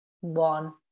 one